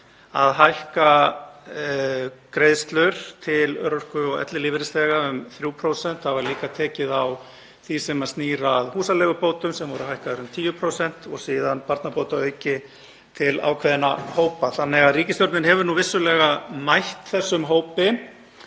að hækka greiðslur til örorku- og ellilífeyrisþega um 3%. Það var líka tekið á því sem snýr að húsaleigubótum sem voru hækkaðar um 10% og síðan barnabótaauki til ákveðinna hópa, þannig að ríkisstjórnin hefur vissulega mætt þessum hópi